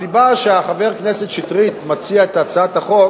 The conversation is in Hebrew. הסיבה שחבר הכנסת שטרית מציע את הצעת החוק